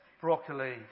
broccoli